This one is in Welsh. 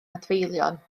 adfeilion